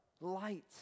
Light